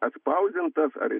atspausdintas ar